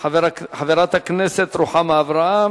היא חברת הכנסת רוחמה אברהם,